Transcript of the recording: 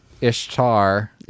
Ishtar